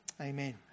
Amen